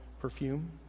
perfume –